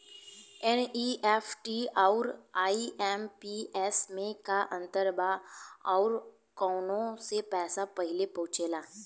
NEFT आउर IMPS मे का अंतर बा और आउर कौना से पैसा पहिले पहुंचेला?